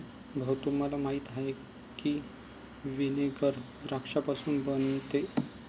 भाऊ, तुम्हाला माहीत आहे की व्हिनेगर द्राक्षापासून बनते